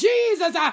Jesus